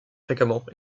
fréquemment